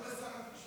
תפנו לשר התקשורת.